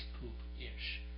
poop-ish